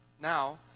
now